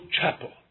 chapel